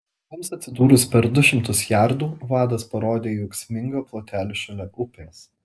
jiems atsidūrus per du šimtus jardų vadas parodė į ūksmingą plotelį šalia upės